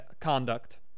conduct